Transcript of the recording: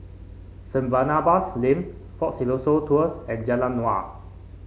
Saint Barnabas Lane Fort Siloso Tours and Jalan Naung